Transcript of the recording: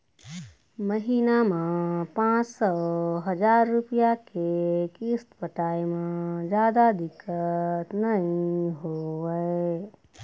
महिना म पाँच सौ, हजार रूपिया के किस्त पटाए म जादा दिक्कत नइ होवय